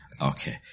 Okay